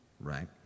right